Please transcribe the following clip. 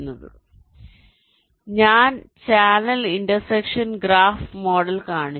അതിനാൽ ഞാൻ channel intersection graph model കാണിച്ചു